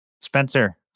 Spencer